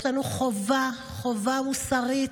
יש לנו חובה, חובה מוסרית,